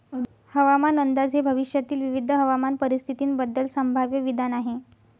हवामान अंदाज हे भविष्यातील विविध हवामान परिस्थितींबद्दल संभाव्य विधान आहे